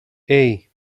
hey